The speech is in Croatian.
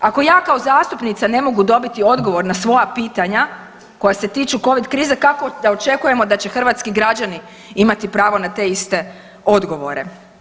Ako ja kao zastupnica ne mogu dobiti odgovor na svoja pitanja koja se tiču covid krize kako da očekujemo da će hrvatski građani imati pravo na te iste odgovore.